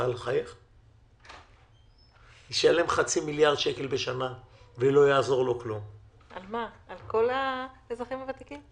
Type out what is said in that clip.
על כל האזרחים הוותיקים?